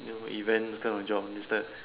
event those kind of job this type